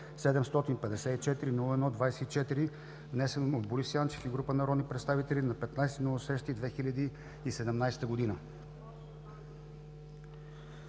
754-01-24, внесен от Борис Ячев и група народни представители на 15 юни 2017 г.